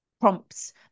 prompts